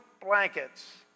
blankets